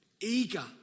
eager